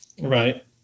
Right